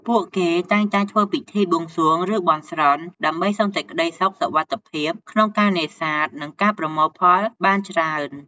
ពួកគេតែងតែធ្វើពិធីបួងសួង ឬបន់ស្រន់ដើម្បីសុំសេចក្ដីសុខ សុវត្ថិភាពក្នុងការនេសាទ និងការប្រមូលផលបានច្រើន។